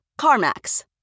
CarMax